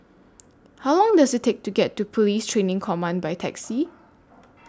How Long Does IT Take to get to Police Training Command By Taxi